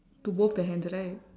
to both the hands right